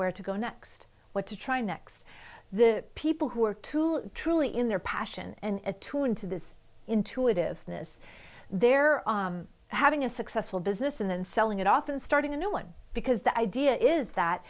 where to go next what to try next the people who are too truly in their passion and attuned to this intuitiveness there are having a successful business and then selling it off and starting a new one because the idea is that